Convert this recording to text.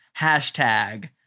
Hashtag